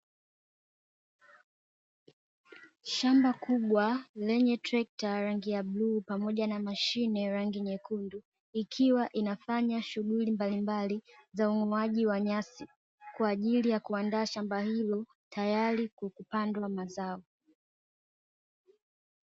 Shamba kubwa lenye trekta rangi ya bluu pamoja na mashine ya rangi nyekundu, ikiwa inafanya shughuli mbalimbali za ung'oaji wa nyasi kwa ajili ya kuandaa shamba hilo tayari kwa kupandwa mazao.